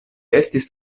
estis